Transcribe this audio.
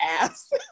ass